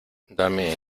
dame